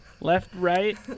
Left-right